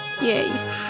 Yay